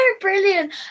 brilliant